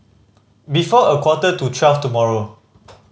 before a quarter to twelve tomorrow